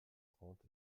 trente